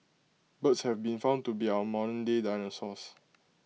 birds have been found to be our modernday dinosaurs